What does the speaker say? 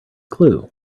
clue